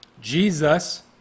Jesus